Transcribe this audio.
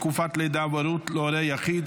תקופת לידה והורות להורה יחיד),